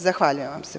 Zahvaljujem vam se.